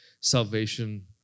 salvation